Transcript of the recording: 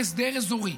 הסדר אזורי.